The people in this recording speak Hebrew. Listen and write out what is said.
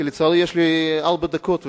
כי לצערי יש לי ארבע דקות,